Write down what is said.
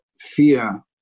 fear